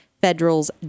Federal's